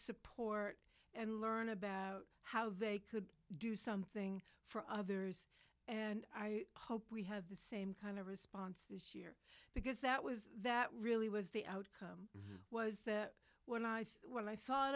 support and learn about how they could do something for others and i hope we have the same kind of response because that was that really was the outcome was that when i think when i thought